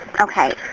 Okay